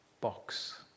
box